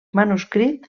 manuscrit